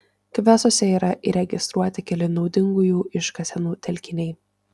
kvesuose yra įregistruoti keli naudingųjų iškasenų telkiniai